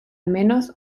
menos